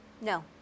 no